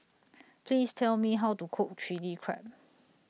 Please Tell Me How to Cook Chilli Crab